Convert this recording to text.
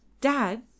Dad